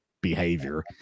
behavior